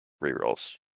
re-rolls